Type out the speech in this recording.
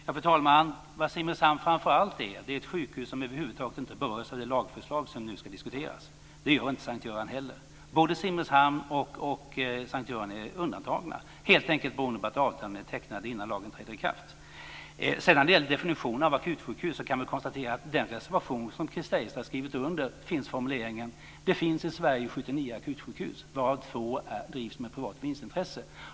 Fru talman! Vad Simrishamn framför allt är, är det ett sjukhus som över huvud taget inte berörs av det lagförslag som nu diskuteras. Det gör inte heller S:t Göran. Både sjukhuset i Simrishamn och S:t Göran är undantagna helt enkelt beroende på att avtalen är undertecknade innan lagen träder i kraft. När det gäller definitionen av akutsjukhus kan jag konstatera att i den reservation som Chris Heister har skrivit under finns formuleringen: Det finns i Sverige 79 akutsjukhus, varav två drivs med privat vinstintresse.